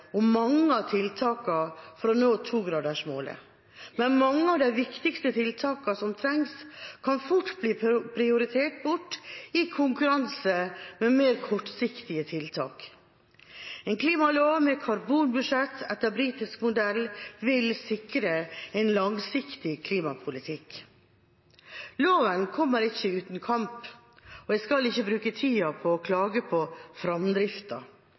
mange av tiltakene for å nå 2-gradersmålet. Men mange av de viktigste tiltakene som trengs, kan fort bli prioritert bort i konkurranse med mer kortsiktige tiltak. En klimalov med karbonbudsjetter etter britisk modell vil sikre en langsiktig klimapolitikk. Loven kommer ikke uten kamp. Jeg skal ikke bruke tida på å klage på